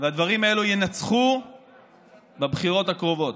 הדברים האלה ינצחו בבחירות הקרובות.